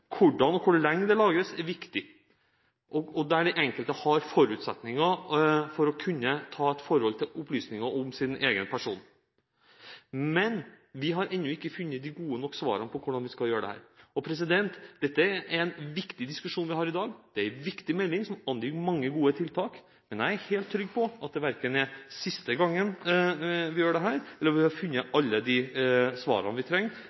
hvordan og hvor lenge det lagres, er viktig, og der den enkelte har forutsetninger for å kunne ha et forhold til opplysninger om sin egen person. Men vi har ennå ikke funnet gode nok svar på hvordan vi skal gjøre dette. Det er en viktig diskusjon vi har i dag. Det er en viktig melding, som angir mange gode tiltak. Men jeg er helt trygg på at det verken er siste gangen vi gjør dette, eller at vi har funnet alle de svarene vi trenger